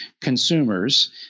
consumers –